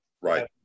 right